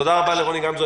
תודה רבה לרוני גמזו.